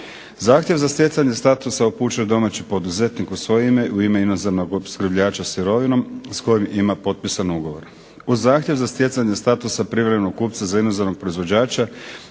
Zahtjev za stjecanje statusa upućuje domaći poduzetnik u svoje ime, u ime inozemnog opskrbljivača sirovinom s kojim ima potpisan ugovor. Uz zahtjev za stjecanje statusa privremenog kupca za inozemnog proizvođača